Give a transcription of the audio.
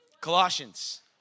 Colossians